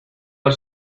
ver